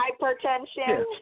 Hypertension